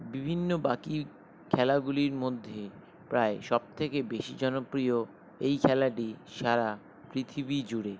বিভিন্ন বাকি খেলাগুলির মধ্যে প্রায় সবথেকে বেশি জনপ্রিয় এই খেলাটি সারা পৃথিবী জুড়ে